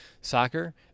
soccer